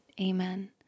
Amen